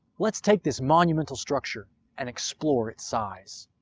let's take this monumental structure and explore its size.